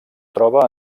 troba